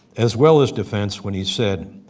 as well as defense, when he said,